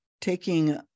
taking